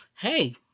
hey